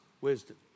wisdom